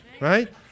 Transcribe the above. Right